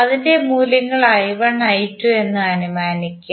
അതിന്റെ മൂല്യങ്ങൾ എന്ന് അനുമാനിക്കുക